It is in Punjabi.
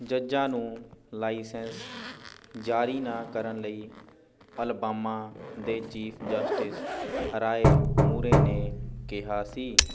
ਜੱਜਾਂ ਨੂੰ ਲਾਇਸੈਂਸ ਜਾਰੀ ਨਾ ਕਰਨ ਲਈ ਅਲਬਾਮਾ ਦੇ ਚੀਫ਼ ਜਸਟਿਸ ਹਰ ਰਾਏ ਮੂਰੇ ਨੇ ਕਿਹਾ ਸੀ